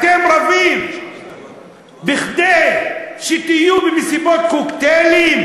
אתם רבים כדי שתהיו במסיבות קוקטייל?